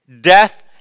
death